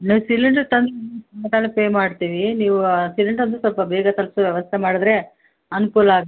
cylinder ತಂದು pay ಮಾಡ್ತೀವಿ ನೀವು ಸಿಲಿಂಡರ್ದು ಸ್ವಲ್ಪ ಬೇಗ ತಲುಪ್ಸೋ ವ್ಯವಸ್ಥೆ ಮಾಡಿದರೆ ಅನುಕೂಲ